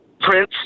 Prince